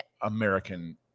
American